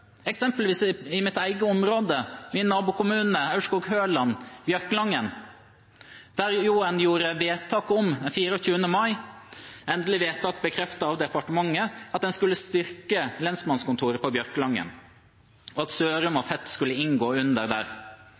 Eksempelvis fra mitt eget område: I min nabokommune Aurskog-Høland gjorde man 24. mai et endelig vedtak, bekreftet av departementet, om å styrke lensmannskontoret på Bjørkelangen, og at Sørum og Fet skulle inngå der.